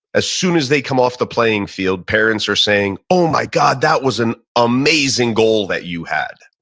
as soon as they come off the playing field parents are saying, oh my god, that was an amazing goal that you had.